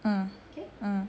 mm mm